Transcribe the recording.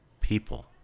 people